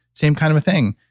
same kind of a thing.